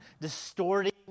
distorting